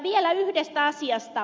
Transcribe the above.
vielä yhdestä asiasta